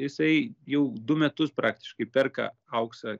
jisai jau du metus praktiškai perka auksą